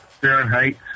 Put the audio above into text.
Fahrenheit